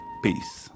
Peace